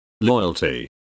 loyalty